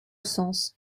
sens